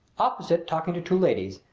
opposite, talking to two ladies,